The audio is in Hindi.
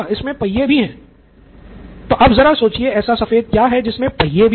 इसमें पहिए भी हैं तो अब ज़रा सोचिए ऐसा सफेद क्या है जिसमे पहिए भी हो